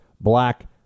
black